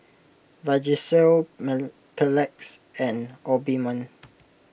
Vagisil Mepilex and Obimin